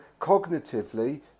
cognitively